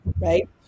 right